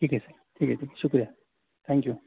ٹھیک ہے سر ٹھیک ہے جی شکریہ تھینک یو